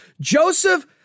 Joseph